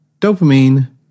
dopamine